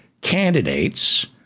candidates